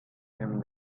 him